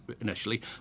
initially